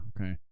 okay